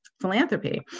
philanthropy